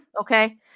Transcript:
Okay